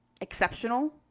exceptional